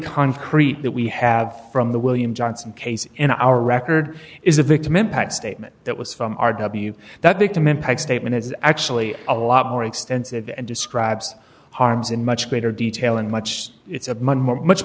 concrete that we have from the william johnson case in our record is a victim impact statement that was from r w that victim impact statement is actually a lot more extensive and describes harms in much greater detail and much it's a much more much